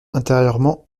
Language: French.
intérieurement